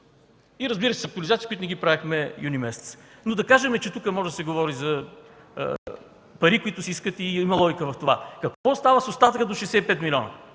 И разбира се, с актуализации, които не ги правехме юни месец. Но да кажем, че тук може да се говори за пари, които се искат, има логика за това. Какво става с остатъка до 65 милиона?